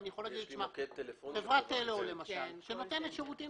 של חברת טלאול שנותנת שירותים,